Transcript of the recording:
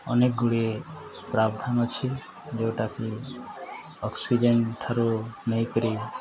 ଅନେକ ଗୁଡ଼ିଏ ପ୍ରବଧନ ଅଛି ଯେଉଁଟାକି ଅକ୍ସିଜେନ୍ ଠାରୁ ନେଇକରି